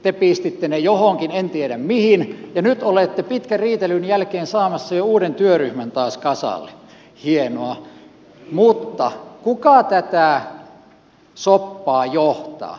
te pistitte ne johonkin en tiedä mihin ja nyt olette pitkän riitelyn jälkeen saamassa jo uuden työryhmän taas kasalle hienoa mutta kuka tätä soppaa johtaa